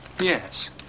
Yes